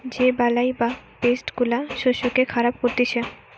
যে বালাই বা পেস্ট গুলা শস্যকে খারাপ করতিছে